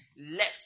left